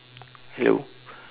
hello